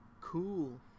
cool